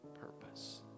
purpose